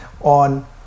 on